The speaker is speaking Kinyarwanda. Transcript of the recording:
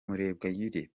murebwayire